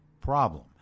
problem